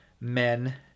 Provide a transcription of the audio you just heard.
men